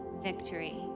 victory